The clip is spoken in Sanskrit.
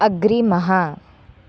अग्रिमः